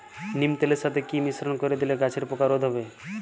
নিম তেলের সাথে কি মিশ্রণ করে দিলে গাছের পোকা রোধ হবে?